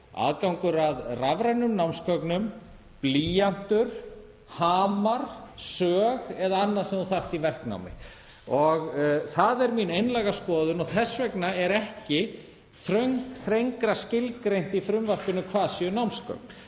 aðgangur að rafrænum námsgögnum, blýantur, hamar, sög eða annað sem þú þarft í verknámi. Það er mín einlæga skoðun og þess vegna er það ekki þrengra skilgreint í frumvarpinu hvað séu námsgögn.